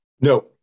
No